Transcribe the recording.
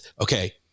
okay